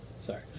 Sorry